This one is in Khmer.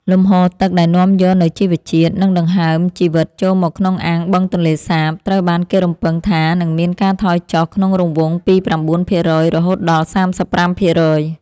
លំហូរទឹកដែលនាំយកនូវជីវជាតិ និងដង្ហើមជីវិតចូលមកក្នុងអាងបឹងទន្លេសាប ត្រូវបានគេរំពឹងថានឹងមានការថយចុះក្នុងរង្វង់ពី ៩% រហូតដល់ ៣៥%។